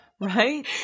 Right